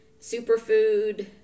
superfood